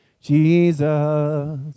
Jesus